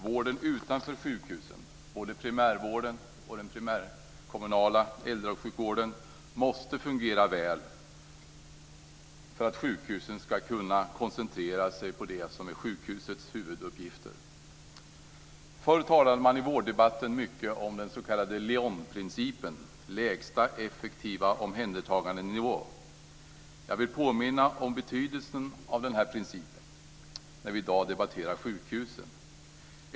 Vården utanför sjukhusen, både primärvården och den primärkommunala äldresjukvården, måste fungera väl för att sjukhusen ska kunna koncentrera sig på det som är sjukhusets huvuduppgifter. Förr talade man i vårddebatten om den s.k. LEON-principen, lägsta effektiva omhändertagandenivå. Jag vill påminna om betydelsen av den här principen när vi i dag debatterar sjukhusen.